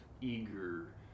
eager